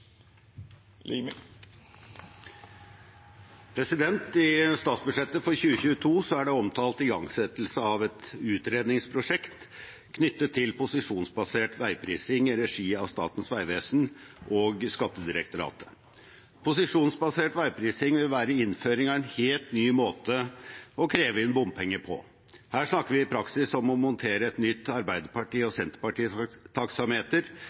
om ordet. I statsbudsjettet for 2022 er det omtalt igangsettelse av et utredningsprosjekt knyttet til posisjonsbasert veiprising, i regi av Statens vegvesen og Skattedirektoratet. Posisjonsbasert veiprising vil være innføring av en helt ny måte å kreve inn bompenger på. Her snakker vi i praksis om å montere et nytt Arbeiderparti- og